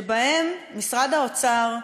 שבהן משרד האוצר,